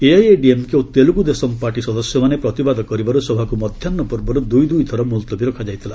ଏଆଇଏଡିଏମ୍କେ ଓ Telugu Desam party ସଦସ୍ୟମାନେ ପ୍ରତିବାଦ କରିବାକୁ ସଭାକୁ ମଧ୍ୟାହ୍ନ ପୂର୍ବରୁ ଦୁଇ ଥଦୁଇ ଥର ମୁଲ୍ତବୀ ରଖାଯାଇଛି